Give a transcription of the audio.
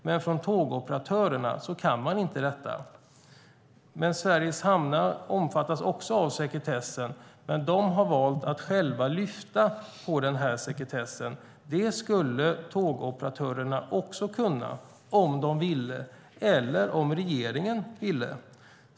Men det går inte hos tågoperatörerna. Sveriges Hamnar omfattas också av sekretessen. Men de har valt att själva lyfta sekretessen. Det skulle tågoperatörerna också kunna om de ville - eller om regeringen ville.